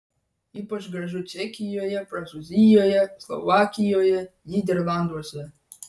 ypač gražu čekijoje prancūzijoje slovakijoje nyderlanduose